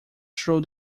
true